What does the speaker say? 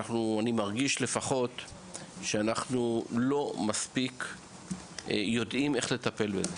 מרגיש שאנחנו לא מספיק יודעים איך לטפל בזה